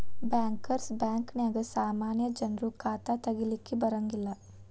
bankers bank ನ್ಯಾಗ ಸಾಮಾನ್ಯ ಜನ್ರು ಖಾತಾ ತಗಿಲಿಕ್ಕೆ ಬರಂಗಿಲ್ಲಾ